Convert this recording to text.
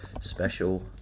Special